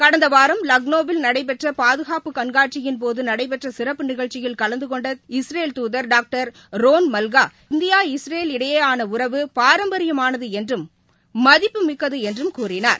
கடந்தவாரம் லக்னோவில் நடைபெற்றபாதுகாப்பு கண்காட்சியின்போதுநடைபெற்றசிறப்பு நிகழ்ச்சியில் கலந்துகொண்ட இஸ்ரேல் துதர் டாக்டர் ரோண்மல்கா இந்தியா இஸ்ரேல் இடையேயானஉறவு பாரம்பரியமானதுஎன்றும் மதிப்புமிக்கதுஎன்றும் கூறினார்